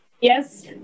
Yes